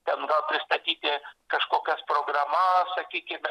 ten gal pristatyti kažkokias programas sakykime